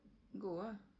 go ah